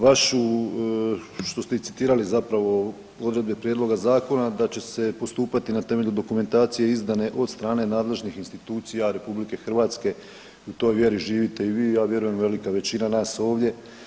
Vašu što ste i citirali zapravo odredbe prijedloga zakona da će se postupati na temelju dokumentacije izdane od strane nadležnih institucija RH u toj vjeri živite i vi, a ja vjerujem i velika većina nas ovdje.